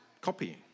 copying